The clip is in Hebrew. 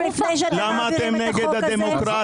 למה אתם נגד הדמוקרטיה?